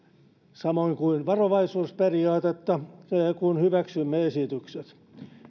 samoin kuin varovaisuusperiaatetta kun hyväksyimme esitykset